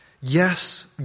Yes